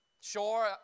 Sure